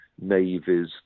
navies